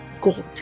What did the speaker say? god